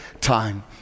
time